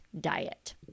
diet